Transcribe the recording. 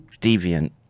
deviant